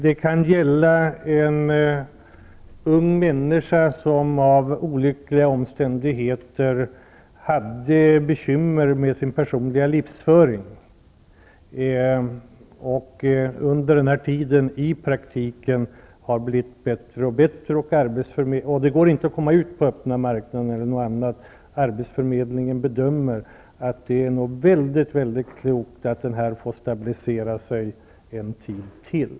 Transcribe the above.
Det kan också ske i fråga om en ung människa som av olyckliga omständigheter har haft bekymmer med sin personliga livsföring men som under tiden i praktik har blivit bättre och bättre. Om det inte går att komma ut på den öppna marknaden kan arbetsförmedlingen göra den bedömningen att det nog är väldigt klokt att personen i fråga får stabilisera sig en tid till.